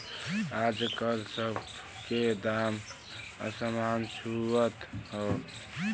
आजकल सब के दाम असमान छुअत हौ